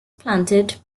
planted